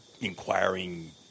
inquiring